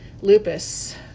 lupus